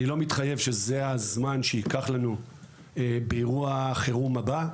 אני לא מתחייב שזה הזמן שייקח לנו באירוע החירום הבא.